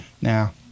now